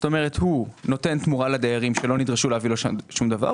הוא נותן תמורה לדיירים שלא נדרשו לתת לו שום דבר,